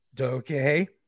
Okay